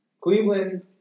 Cleveland